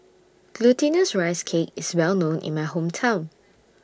Glutinous Rice Cake IS Well known in My Hometown